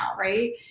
right